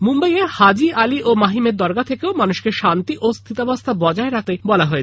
মুম্বাইয়ের হাজি আলি ও মাহিমের দরগা থেকেও মানুষকে শান্তি ও স্থিতাবস্থা বজায় রাখতে আবেদন জানিয়েছে